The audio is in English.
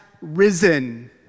risen